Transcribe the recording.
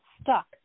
stuck